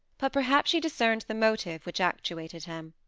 but perhaps she discerned the motive which actuated him.